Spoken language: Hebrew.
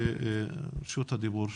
רשות הדיבור שלך.